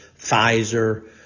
Pfizer